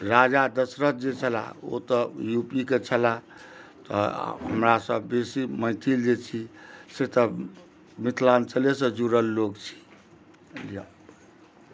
राजा दशरथ जे छला ओ तऽ यू पी के छलाह तऽ हमरा सभ बेसी मैथिल जे छी से तऽ मिथिलाञ्चलेसँ जुड़ल लोक छी